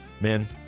Men